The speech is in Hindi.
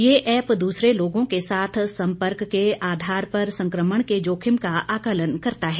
यह ऐप दूसरे लोगों के साथ सम्पर्क के आधार पर संक्रमण के जोखिम का आकलन करता है